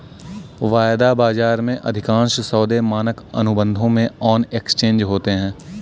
वायदा बाजार में, अधिकांश सौदे मानक अनुबंधों में ऑन एक्सचेंज होते हैं